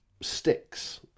sticks